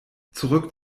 zurück